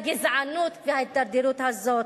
הגזענות וההידרדרות הזאת.